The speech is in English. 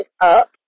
up